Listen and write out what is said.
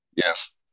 Yes